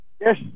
Yes